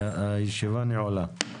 הישיבה נעולה.